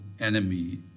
enemy